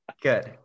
good